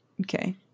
Okay